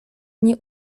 nie